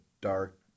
dark